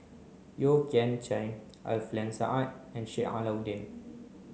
Yeo Kian Chai Alfian Sa'at and Sheik Alau'ddin